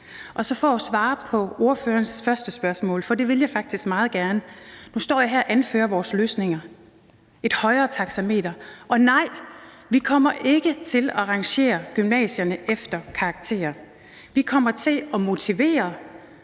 Så for at svare på ordførerens første spørgsmål – det vil jeg faktisk meget gerne – står jeg nu her og anfører vores løsninger: Et højere taxametertilskud. Og nej, vi kommer ikke til at rangere gymnasierne efter karakterer. Vi kommer til at motivere